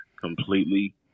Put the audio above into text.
completely